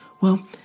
Well